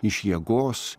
iš jėgos